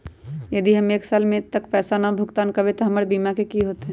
यदि हम एक साल तक पैसा भुगतान न कवै त हमर बीमा के की होतै?